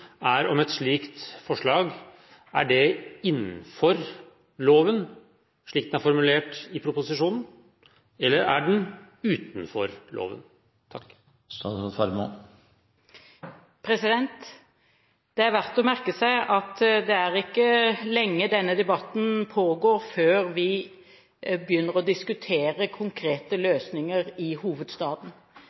er: Er et slikt forslag innenfor loven, slik det er formulert i proposisjonen, eller er det utenfor loven? Det er verdt å merke seg at det ikke er lenge denne debatten pågår før vi begynner å diskutere konkrete løsninger i hovedstaden.